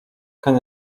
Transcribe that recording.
can